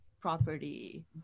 property